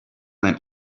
than